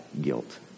guilt